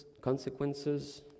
consequences